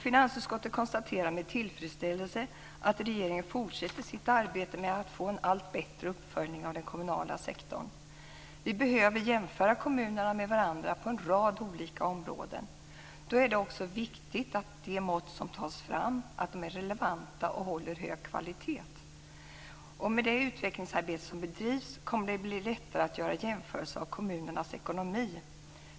Finansutskottet konstaterar med tillfredsställelse att regeringen fortsätter sitt arbete med att få en allt bättre uppföljning av den kommunala sektorn. Vi behöver jämföra kommunerna med varandra på en rad olika områden. Då är det också viktigt att de mått som tas fram är relevanta och håller hög kvalitet. Med det utvecklingsarbete som bedrivs kommer det att bli lättare att göra jämförelser av kommunernas ekonomi.